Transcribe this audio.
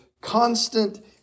constant